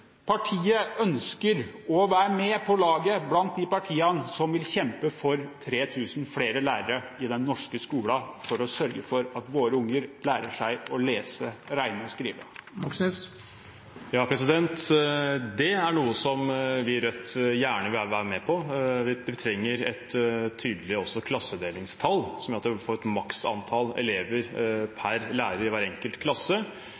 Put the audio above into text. partiet ønsker å være med på laget blant de partiene som vil kjempe for 3 000 flere lærere i den norske skolen, for å sørge for at våre unger lærer seg å lese, regne og skrive. Ja, det er noe som vi i Rødt gjerne vil være med på. Vi trenger også et tydelig klassedelingstall som gjør at en får et maksantall elever per lærer i hver enkelt klasse.